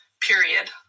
period